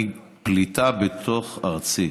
אני פליטה בתוך ארצי.